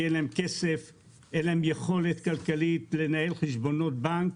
כי אין להם יכולת כלכלית לנהל חשבונות בנק.